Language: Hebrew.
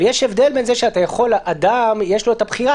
אבל יש הבדל בין זה שלאדם יש הבחירה